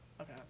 Okay